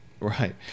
Right